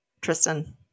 Tristan